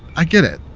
i get it.